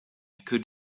could